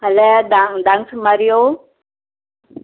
फाल्यां धा धांक सुमार येवं